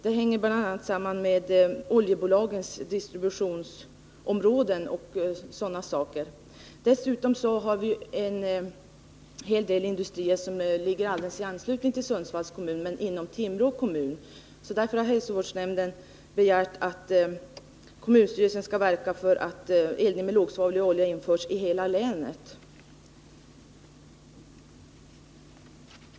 Det hänger bl.a. samman med oljebolagens distributionsom råden och andra sådana saker. Dessutom har vi en hel del industrier som ligger i anslutning till Sundsvalls kommun men inom Timrå kommun, och därför har hälsovårdsnämnden begärt att kommunstyrelsen också skall verka för att eldning med lågsvavlig olja skall införas i hela länet.